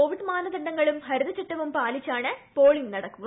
Covid മാനദണ്ഡങ്ങളും ഹരിതചട്ടവും പാലിച്ചാണ് പോളിംഗ് നടക്കുക